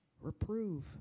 Reprove